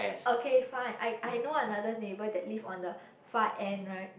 okay fine I I know another neighbour that live on the far end right